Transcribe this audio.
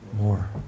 more